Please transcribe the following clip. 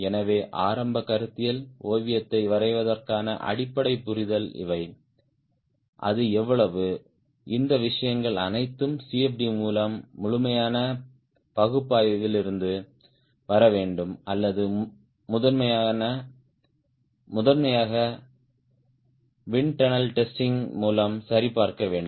எனவே ஆரம்ப கருத்தியல் ஓவியத்தை வரைவதற்கான அடிப்படை புரிதல் இவை அது எவ்வளவு இந்த விஷயங்கள் அனைத்தும் CFD மூலம் முழுமையான பகுப்பாய்விலிருந்து வர வேண்டும் அல்லது முதன்மையாக விண்ட் டன்னல் டெஸ்டிங் மூலம் சரிபார்க்கப்பட வேண்டும்